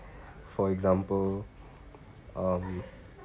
for example um